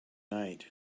night